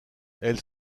elle